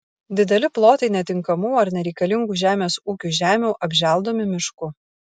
dideli plotai netinkamų ar nereikalingų žemės ūkiui žemių apželdomi mišku